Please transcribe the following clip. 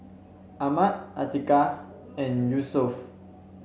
Ahmad Atiqah and Yusuf